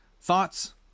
thoughts